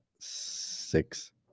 six